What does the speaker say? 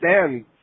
understand